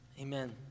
Amen